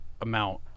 amount